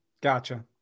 Gotcha